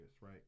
right